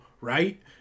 right